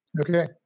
Okay